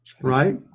Right